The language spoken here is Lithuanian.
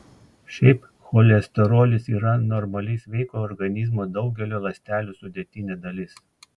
šiaip cholesterolis yra normali sveiko organizmo daugelio ląstelių sudėtinė dalis